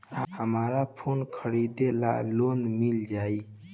हमरा फोन खरीदे ला लोन मिल जायी?